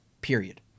Period